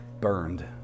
burned